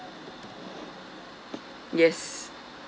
yes